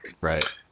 right